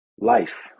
Life